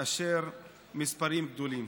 יותר מאשר מספרים גדולים.